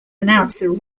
announcer